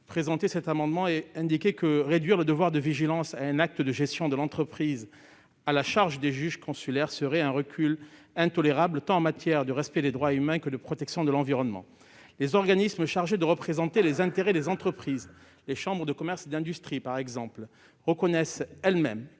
collègue, je souhaite indiquer que réduire le devoir de vigilance à un acte de gestion de l'entreprise à la charge des juges consulaires serait un recul intolérable tant en matière de respect des droits humains que de protection de l'environnement. Les organismes chargés de représenter les intérêts des entreprises, les chambres de commerce et d'industrie par exemple, reconnaissent que les